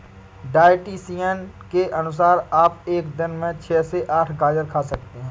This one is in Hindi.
डायटीशियन के अनुसार आप एक दिन में छह से आठ गाजर खा सकते हैं